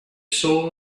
soul